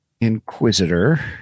inquisitor